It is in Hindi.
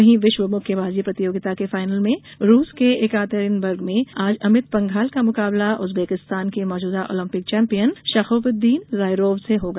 वहीं विश्व मुक्केबाजी प्रतियोगिता के फाइनल में रूस के एकातेरिनबर्ग में आज अमित पंघल का मुकाबला उजबेकिस्तान के मौजूदा ओलिम्पिक चैम्पियन शाकोबिदिन जोइरोफ से होगा